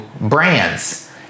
brands